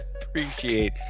Appreciate